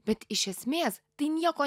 bet iš esmės tai nieko